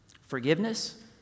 Forgiveness